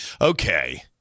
okay